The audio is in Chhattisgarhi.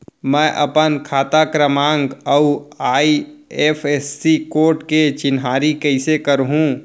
मैं अपन खाता क्रमाँक अऊ आई.एफ.एस.सी कोड के चिन्हारी कइसे करहूँ?